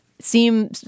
seem